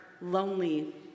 lonely